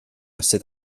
sydd